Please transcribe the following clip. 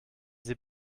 sie